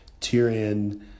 Tyrion